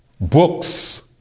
books